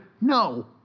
No